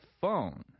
phone